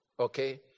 Okay